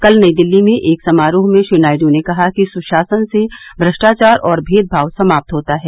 कल नई दिल्ली में एक समारोह में श्री नायडू ने कहा कि सुशासन से थ्रष्टाचार और भेदभाव समाप्त होता है